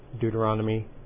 Deuteronomy